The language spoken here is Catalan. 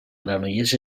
granollers